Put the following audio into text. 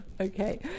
okay